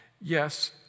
yes